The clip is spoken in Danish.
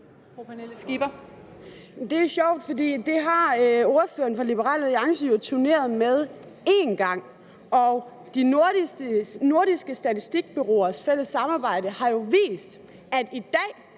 Det er sjovt, for det har ordføreren fra Liberal Alliance jo turneret med en gang, og de nordiske statistikbureauers fælles samarbejde har jo vist, at i dag